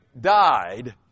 died